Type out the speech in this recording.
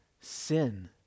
sin